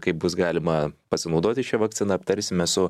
kaip bus galima pasinaudoti šia vakcina aptarsime su